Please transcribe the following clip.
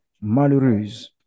Malheureuse